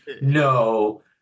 no